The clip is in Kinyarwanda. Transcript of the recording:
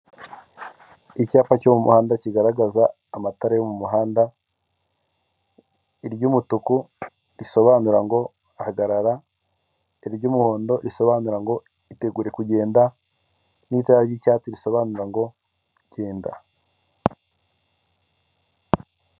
Icyapa cyo mu muhanda kigaragaza amatara yo mu muhanda, iry'umutuku risobanura ngo, hagarara iry'umuhondo risobanura ngo itegure kugenda, n'itarara ry'icyatsi risobanura ngo genda.